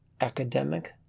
academic